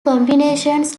combinations